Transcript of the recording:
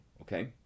okay